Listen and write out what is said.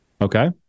Okay